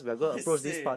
!wahseh!